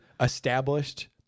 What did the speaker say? established